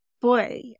boy